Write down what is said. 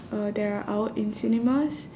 uh that are out in cinemas